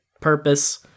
purpose